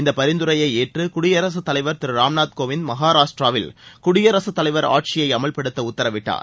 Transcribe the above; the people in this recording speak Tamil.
இந்த பரிந்துரையை ஏற்று குடியரசுத் தலைவர் திரு ராம்நாத் கோவிந்த் மகாராஷ்டிராவில் குடியரசுத் தலைவர் ஆட்சியை அமல்படுத்த உத்தரவிட்டார்